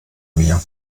mehr